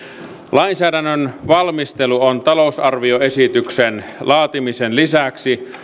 lainsäädännön valmistelu on talousarvioesityksen laatimisen lisäksi